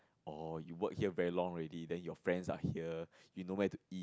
oh you work here very long already then your friends are here you know where to eat